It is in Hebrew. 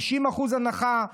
90% הנחה,